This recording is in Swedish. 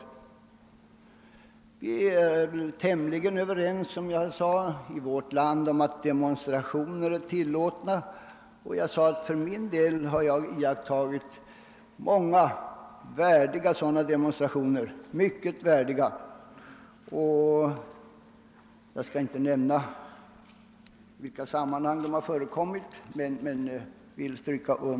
Som jag sade är vi tämligen överens i vårt land om att demonstrationer bör vara tillåtna, och jag sade att jag har varit i tillfälle åse många mycket värdiga demonstrationer — jag skall inte nämna i vilka sammanhang de har förekommit.